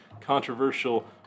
controversial